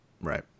right